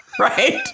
Right